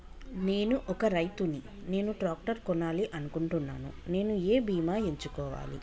నేను ఒక రైతు ని నేను ట్రాక్టర్ కొనాలి అనుకుంటున్నాను నేను ఏ బీమా ఎంచుకోవాలి?